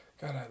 God